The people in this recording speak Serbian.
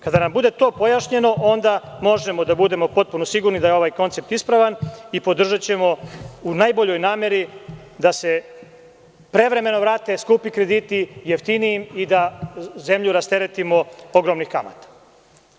Kada nam to bude pojašnjeno onda možemo da budemo potpuno sigurni da je ovaj koncept ispravan i podržaćemo ga u najboljoj nameri, da se prevremeno vrate skupi krediti jeftinijim i da zemlju rasteretimo ogromnih kamata.